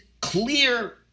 clear